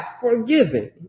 forgiving